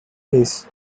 his